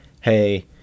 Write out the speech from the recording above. Hey